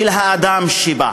של האדם שבה.